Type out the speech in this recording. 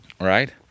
right